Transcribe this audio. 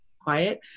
quiet